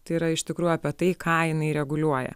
tai yra iš tikrųjų apie tai ką jinai reguliuoja